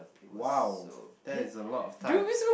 !wow! that is a lot of time